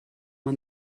man